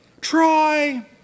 Try